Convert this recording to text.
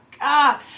God